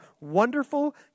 Wonderful